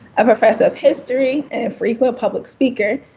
a professor of history and frequent public speaker,